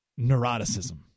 neuroticism